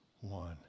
one